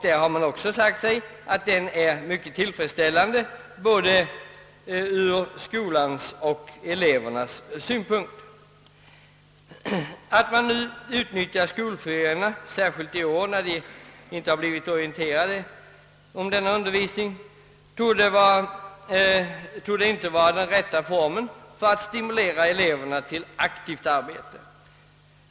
Där har man ansett den vara mycket tillfredsställande ur såväl skolans som elevernas synpunkt. Att man utnyttjar skolferierna — särskilt i år när eleverna inte blivit orienterade om denna undervisning — torde inte vara den rätta formen för att stimulera eleverna till aktivt arbete.